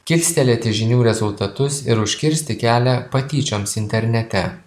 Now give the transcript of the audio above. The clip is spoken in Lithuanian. kilstelėti žinių rezultatus ir užkirsti kelią patyčioms internete